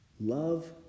love